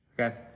Okay